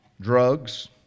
drugs